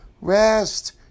rest